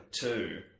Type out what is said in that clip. two